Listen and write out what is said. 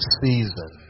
season